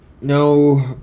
No